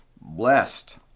blessed